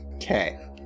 Okay